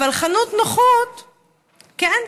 אבל חנות נוחות כן,